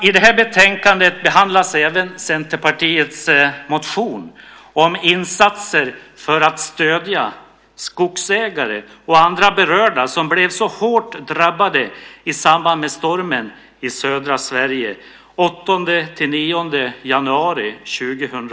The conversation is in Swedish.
I det här betänkandet behandlas även Centerpartiets motion om insatser för att stödja skogsägare och andra berörda som blev så hårt drabbade i samband med stormen i södra Sverige den 8-9 januari 2005.